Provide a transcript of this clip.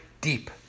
deep